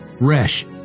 Resh